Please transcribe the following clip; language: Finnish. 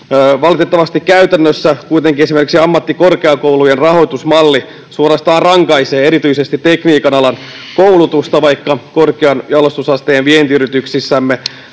Valitettavasti käytännössä kuitenkin esimerkiksi ammattikorkeakoulujen rahoitusmalli suorastaan rankaisee erityisesti tekniikan alan koulutusta, vaikka korkean jalostusasteen vientiyrityksissämme